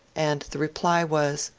and the reply was,